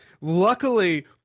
luckily